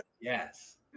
Yes